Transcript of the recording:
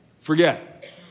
forget